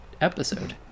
episode